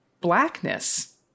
blackness